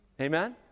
amen